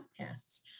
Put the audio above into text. podcasts